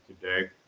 today